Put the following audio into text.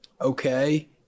Okay